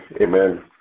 Amen